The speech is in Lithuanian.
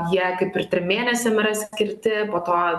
jie kaip ir trim mėnesiam yra skirti po to